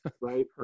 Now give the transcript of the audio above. Right